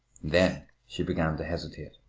then she began to hesitate.